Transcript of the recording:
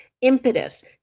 impetus